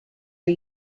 are